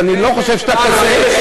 ואני לא חושב שאתה כזה.